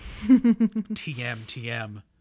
TMTM